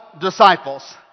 disciples